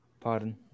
Pardon